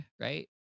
right